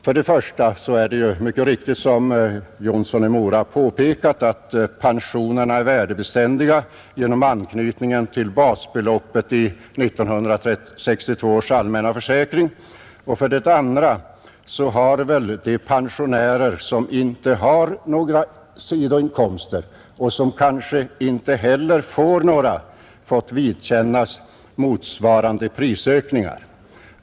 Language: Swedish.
För det första är ju folkpensionerna, som herr Jonsson i Mora mycket riktigt framhöll, värdebeständiga genom anknytningen till basbeloppet i 1962 års allmänna försäkring, och för det andra har väl de pensionärer som saknar sidoinkomster och som kanske inte heller får några fått vidkännas motsvarande prisökningar.